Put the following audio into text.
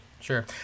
Sure